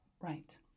right